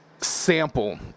sample